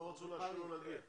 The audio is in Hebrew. לא רצו לאשר לו להגיע.